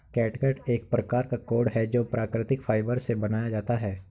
catgut एक प्रकार का कॉर्ड है जो प्राकृतिक फाइबर से बनाया जाता है